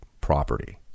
property